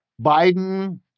Biden